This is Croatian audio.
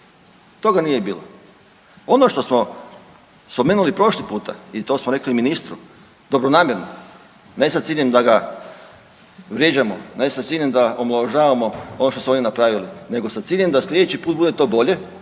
toga nije bilo. Ono što smo spomenuli prošli puta i to smo rekli ministru dobronamjerno ne sa ciljem da ga vrijeđamo, ne sa ciljem da omalovažavamo ono što su oni napravili nego sa ciljem da slijedeći put to bude bolje,